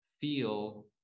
feel